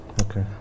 Okay